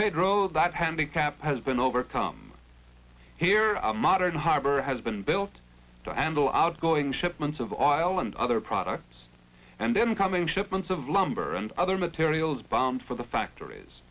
pedro that handicap has been overcome here a modern harbor has been built to handle outgoing shipments of oil and other products and then coming shipments of lumber and other materials bound for the factories